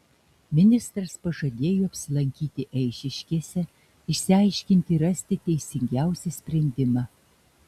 ministras pažadėjo apsilankyti eišiškėse išsiaiškinti ir rasti teisingiausią sprendimą